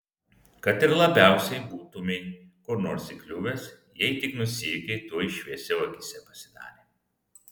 kad ir labiausiai būtumei kur nors įkliuvęs jei tik nusijuokei tuoj šviesiau akyse pasidarė